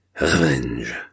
revenge